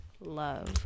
love